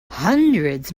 hundreds